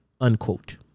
unquote